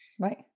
right